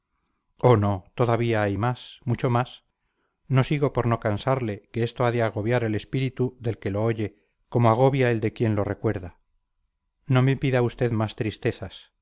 oh no todavía hay más mucho más no sigo por no cansarle que esto ha de agobiar el espíritu del que lo oye como agobia el de quien lo recuerda no me pida usted más tristezas